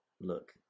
look